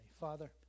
Father